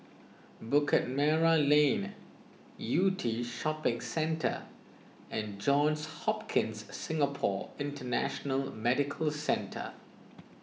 Bukit Merah Lane Yew Tee Shopping Centre and Johns Hopkins Singapore International Medical Centre